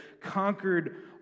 conquered